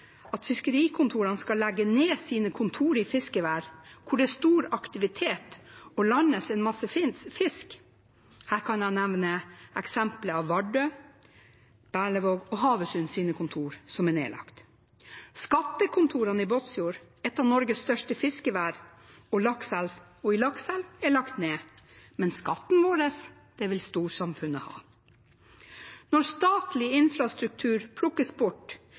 skal legges ned i fiskevær hvor det er stor aktivitet og landes en masse fisk? Her kan jeg nevne kontorene i Vardø, Berlevåg og Havøysund, som er nedlagt. Skattekontorene i Båtsfjord, et av Norges største fiskevær, og Lakselv er lagt ned. Men skatten vår, den vil storsamfunnet ha. Når statlig infrastruktur plukkes bort,